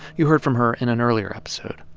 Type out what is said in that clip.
you heard from her in an earlier episode.